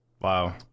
Wow